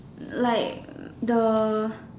like the